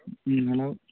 ம் ஹலோ